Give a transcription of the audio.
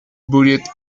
buried